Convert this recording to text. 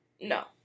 No